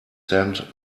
send